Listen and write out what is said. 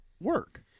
work